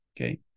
Okay